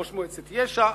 את ראש מועצת יש"ע,